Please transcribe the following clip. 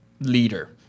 leader